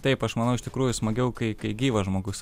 taip aš manau iš tikrųjų smagiau kai kai gyvas žmogus